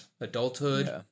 adulthood